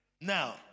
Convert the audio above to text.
Now